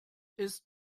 ist